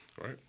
right